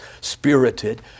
spirited